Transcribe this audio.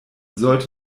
sollte